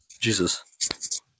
Jesus